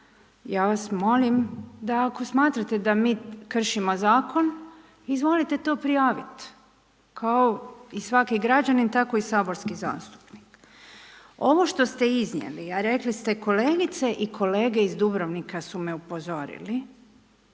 ja vas molim, da ako smatrate, da mi kršimo zakon, izvolite to prijaviti. Kao i svaki građanin, tako i saborski zastupnik. Ovo što ste iznijeli, a rekli ste kolegice i kolege iz Dubrovnika su me upozorili,